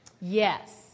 Yes